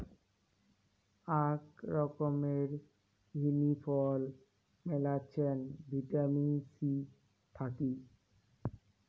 আক রকমের হিনি ফল মেলাছেন ভিটামিন সি থাকি